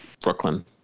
Brooklyn